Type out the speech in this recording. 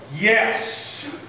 yes